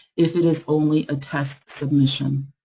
if it is only ah test submission.